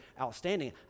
outstanding